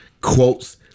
quotes